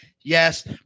Yes